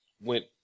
went